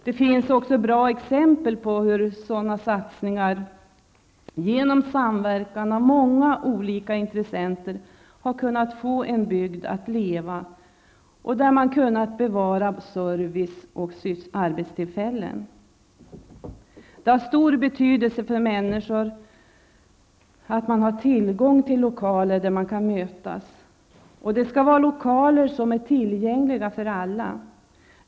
Det finns också bra exempel på att sådana satsningar genom samverkan av många olika intressenter har kunnat få en bygd att leva och att man kunnat bevara service och arbetstillfällen. Det är av stor betydelse för människor att man har tillgång till lokaler där man kan mötas. Det skall vara lokaler som är tillgängliga för alla.